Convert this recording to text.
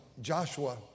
Joshua